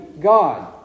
God